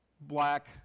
black